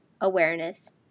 awareness